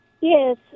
Yes